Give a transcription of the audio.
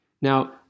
Now